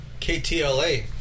KTLA